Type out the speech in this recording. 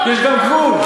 יש גם גבול.